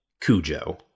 Cujo